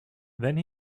then